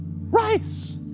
Rice